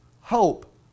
hope